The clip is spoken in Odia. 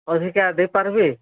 ଅଧିକା ଦେଇପାରବେ